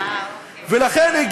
ולכן,